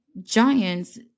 Giants